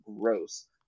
gross